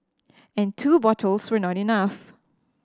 and two bottles were not enough